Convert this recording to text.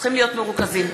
פריג'